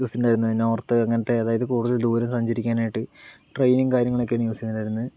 use ചെയ്തിട്ടുണ്ടായിരുന്നത് north അങ്ങൻത്തെ അതായത് കൂടുതൽ ദൂരം സഞ്ചരിക്കാനായിട്ട് ട്രെയിനും കാര്യങ്ങളൊക്കെയാണ് യൂസ് ചെയ്തിട്ടുണ്ടായിരുന്നത്